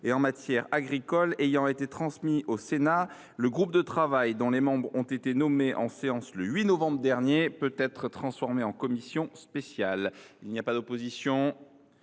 et en matière agricole ayant été transmis au Sénat, le groupe de travail dont les membres ont été nommés en séance le 8 novembre dernier peut être transformé en commission spéciale. Il n’y a pas d’opposition ?